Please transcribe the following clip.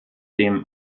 dem